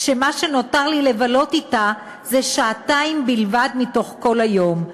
כשמה שנותר לי לבלות אתה זה שעתיים בלבד מתוך כל היום.